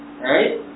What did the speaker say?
Right